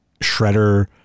Shredder